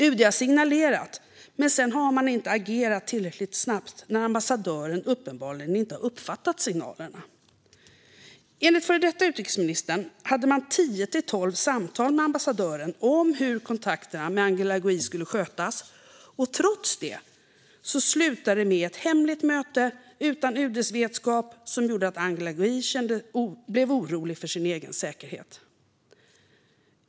UD har signalerat, men sedan har man inte agerat tillräckligt snabbt när ambassadören uppenbarligen inte har uppfattat signalerna. Enligt den före detta utrikesministern hade man tio till tolv samtal med ambassadören om hur kontakterna med Angela Gui skulle skötas, men trots detta slutade det med ett hemligt möte, utan UD:s vetskap, som gjorde att Angela Gui blev orolig för sin egen säkerhet.